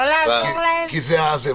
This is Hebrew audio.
לא לעזור להם?